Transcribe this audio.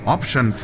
Option